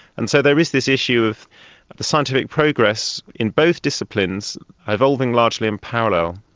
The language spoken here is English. and so there is this issue of the scientific progress in both disciplines evolving largely in parallel,